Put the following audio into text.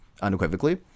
unequivocally